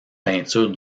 peintures